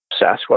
Sasquatch